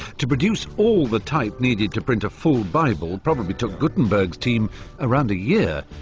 to produce all the type needed to print a full bible probably took gutenberg's team around a year.